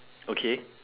okay